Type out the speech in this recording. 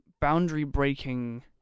boundary-breaking